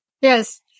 yes